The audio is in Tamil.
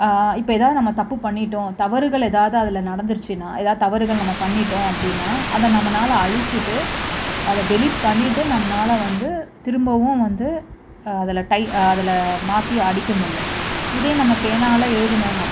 இப்போ எதாவது நம்ம தப்பு பண்ணிட்டோம் தவறுகள் ஏதாவது அதில் நடந்துடுச்சின்னால் எதாவது தவறுகள் நம்ம பண்ணிட்டோம் அப்படின்னா அதை நம்மளால அழிச்சிட்டு அதை டெலிட் பண்ணிட்டு நம்மளால வந்து திரும்பவும் வந்து அதில் டை அதில் மாற்றி அடிக்க முடியும் இதே நம்ம பேனாவில எழுதுனோம்னா